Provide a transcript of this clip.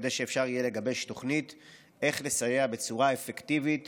כדי שאפשר יהיה לגבש תוכנית איך לסייע בצורה אפקטיבית